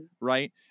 right